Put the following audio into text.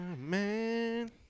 man